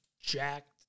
jacked